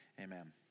Amen